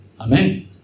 Amen